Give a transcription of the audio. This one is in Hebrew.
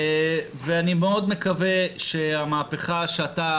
אני מאוד מקווה שהמהפכה שאתה,